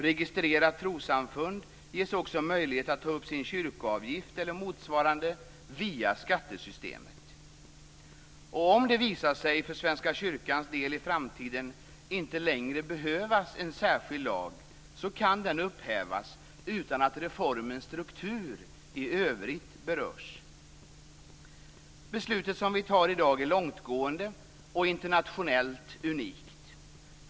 Registrerat trossamfund ges också möjlighet att ta upp sin kyrkoavgift eller motsvarande via skattesystemet. Om det visar sig att det för Svenska kyrkans del i framtiden inte längre behövs en särskild lag kan den upphävas, utan att reformens struktur i övrigt berörs. Beslutet som vi fattar i dag är långtgående och internationellt unikt.